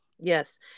yes